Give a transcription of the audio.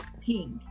pink